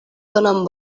donen